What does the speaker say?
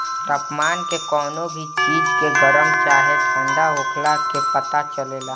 तापमान के कवनो भी चीज के गरम चाहे ठण्डा होखला के पता चलेला